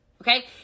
Okay